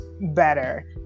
better